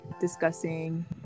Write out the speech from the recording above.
discussing